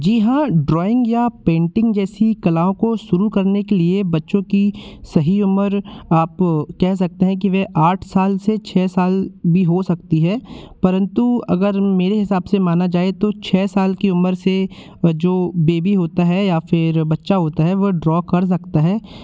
जी हाँ ड्राइंग या पेंटिंग जैसी कलाओं को शुरू करने के लिए बच्चों की सही उम्र आप कह सकते हैं कि वह आठ साल से छः साल भी हो सकती है परंतु अगर मेरे हिसाब से माना जाए तो छः साल की उम्र से जो बेबी होता है या फिर बच्चा होता है वह ड्रॉ कर सकता है